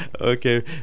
Okay